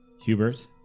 Hubert